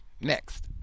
next